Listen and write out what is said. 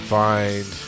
find